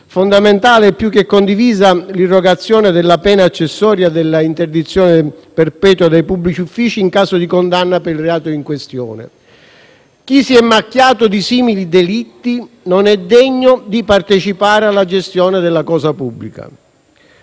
fondamentale e più che condivisa l'irrogazione della pena accessoria dell'interdizione perpetua dai pubblici uffici in caso di condanna per il reato in questione: chi si è macchiato di simili delitti non è degno di partecipare alla gestione della cosa pubblica.